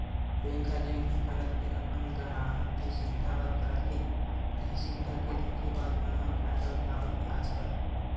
bank ह जेन भी करत हे अपन गराहक के सुबिधा बर करत हे, इहीं सुबिधा के धोखेबाज मन ह फायदा उठावत हे आजकल